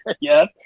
yes